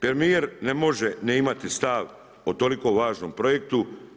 Premijer ne može ne imati stav o toliko važnom projektu.